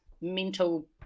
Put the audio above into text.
mental